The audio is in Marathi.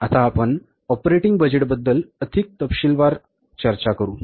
आता आपण ऑपरेटिंग बजेटबद्दल अधिक तपशीलवार चर्चा करू